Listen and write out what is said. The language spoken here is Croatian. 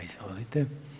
Izvolite.